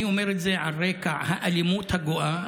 אני אומר את זה על רקע האלימות הגואה,